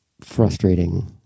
frustrating